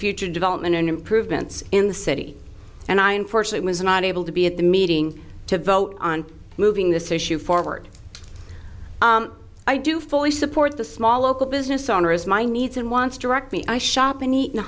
future development in improvements in the city and i unfortunately was not able to be at the meeting to vote on moving this issue forward i do fully support the small local business owner as my needs and wants directly i shop in e